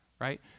right